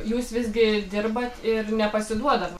jūs visgi dirbat ir nepasiduodat